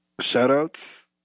Shoutouts